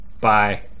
Bye